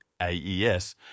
AES